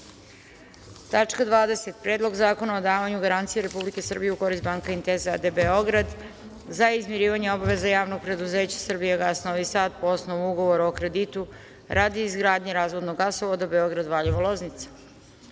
20. – Predlog zakona od davanju garancija Republike Srbije u korist Banka Inteza a.d. Beograd, za izmirivanje obaveza javnog preduzeća Srbijagas – Novi Sad po osnovu ugovora o kreditu radi izgradnje razvodnog gasovoda Beograd-Valjevo-